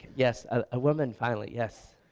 yes a woman finally yes.